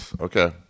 okay